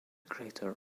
crater